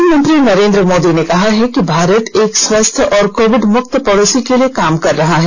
प्रधानमंत्री नरेंद्र मोदी ने कहा है कि भारत एक स्वस्थ और कोविड मुक्त पडोसी के लिए काम कर रहा है